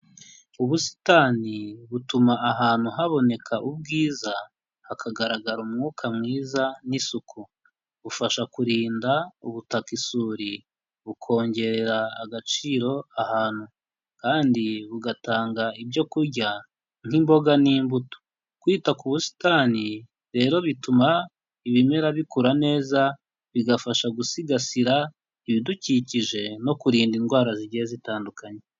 Ubusitani butuma ahantu haboneka ubwiza hakagaragara umwuka mwiza n'isuku, bufasha kurinda ubutaka isuri bukongerera agaciro ahantu, kandi bugatanga ibyo kurya nk'imboga n'imbuto, kwita ku busitani rero bituma ibimera bikura neza, bigafasha gusigasira ibidukikije no kurinda indwara zigiye zitandukanye.